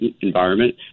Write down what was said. environment